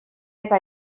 eta